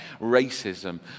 racism